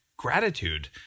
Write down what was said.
gratitude